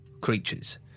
creatures